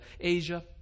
Asia